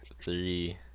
Three